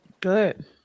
good